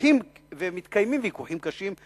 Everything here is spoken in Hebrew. ומתקיימים ויכוחים קשים,